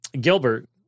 Gilbert